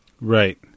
Right